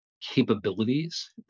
capabilities